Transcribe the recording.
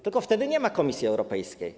Tylko wtedy nie ma Komisji Europejskiej.